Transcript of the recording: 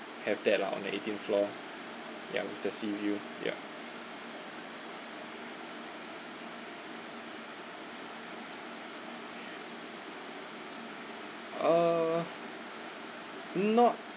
have that lah on the eighteenth floor ya the sea view ya oh not